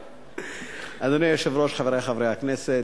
אדוני היושב-ראש, חברי חברי הכנסת,